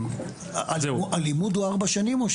הלימוד הוא 4 שנים?